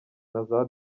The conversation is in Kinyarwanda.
naza